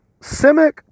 Simic